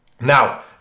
Now